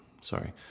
Sorry